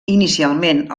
inicialment